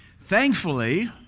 Thankfully